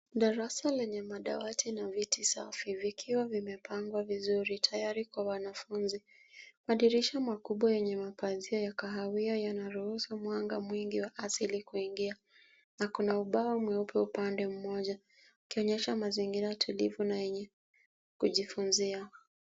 Darasa lenye madawati na viti safi vikiwa vimepangwa vizuri tayari kwa wanafunzi. Madirisha makubwa yenye mapazia ya kahawia yanaruhusu mwanga mwingi wa asili kuingia na kuna ubao mweupe upande mmoja, ikionyesha mazingira tulivu na yenye kujifunzia.